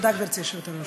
תודה, גברתי היושבת-ראש.